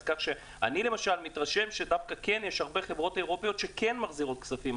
אז אני למשל מתרשם שיש הרבה חברות אירופיות שכן מחזירות כספים,